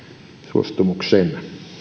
suostumuksen